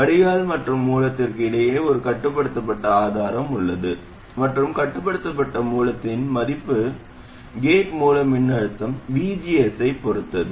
வடிகால் மற்றும் மூலத்திற்கு இடையே ஒரு கட்டுப்படுத்தப்பட்ட ஆதாரம் உள்ளது மற்றும் கட்டுப்படுத்தப்பட்ட மூலத்தின் மதிப்பு கேட் மூல மின்னழுத்தம் vgs ஐப் பொறுத்தது